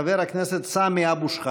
חבר הכנסת סמי אבו שחאדה.